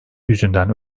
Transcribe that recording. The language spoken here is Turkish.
yüzünden